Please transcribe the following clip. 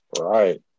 Right